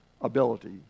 ability